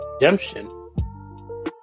redemption